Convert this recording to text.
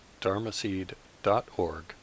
dharmaseed.org